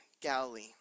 Galilee